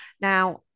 Now